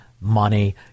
money